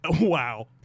wow